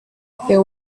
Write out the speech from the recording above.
there